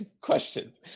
questions